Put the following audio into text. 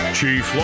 Chief